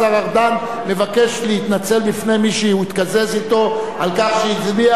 השר ארדן מבקש להתנצל בפני מי שהוא התקזז אתו על כך שהצביע,